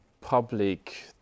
public